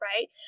right